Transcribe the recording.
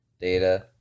data